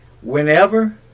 whenever